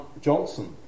Johnson